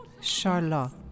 Charlotte